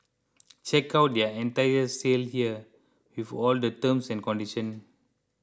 check out their entire sale here with all the terms and conditions